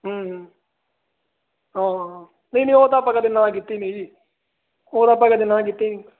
ਨਹੀਂ ਨਹੀਂ ਉਹ ਤਾਂ ਕਦੇ ਨਾ ਕੀਤੀ ਨਹੀਂ ਜੀ ਹੋਰ ਆਪਾਂ ਕਦੇ ਨਾ ਕੀਤੀ